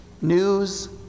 News